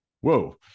whoa